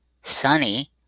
sunny